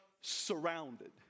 surrounded